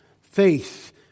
faith